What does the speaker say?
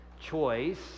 choice